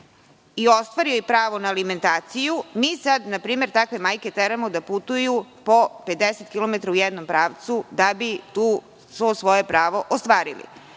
i ostvari joj pravo na alimentaciju, mi sad, na primer, takve majke teramo da putuju po 50 kilometara u jednom pravcu, da bi to svoje pravo ostvarili.